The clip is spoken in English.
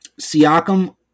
Siakam